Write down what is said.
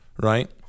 right